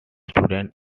student